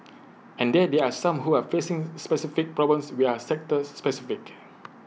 and then there are some who are facing specific problems we are sector specific